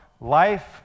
life